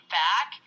back